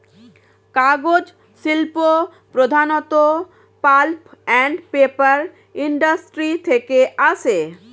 কাগজ শিল্প প্রধানত পাল্প অ্যান্ড পেপার ইন্ডাস্ট্রি থেকে আসে